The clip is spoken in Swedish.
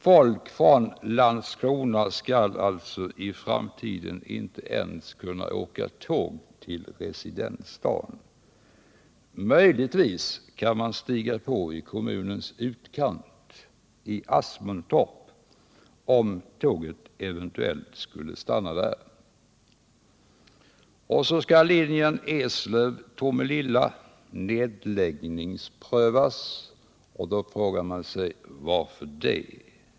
Folk från Landskrona skall alltså i framtiden inte ens kunna åka tåg till residensstaden. Möjligtvis kan man stiga på i kommunens utkant, i Asmundtorp — om tåget eventuellt skulle stanna där. Linjen Eslöv-Tomelilla skall nedläggningsprövas, och då frågar man sig: Varför?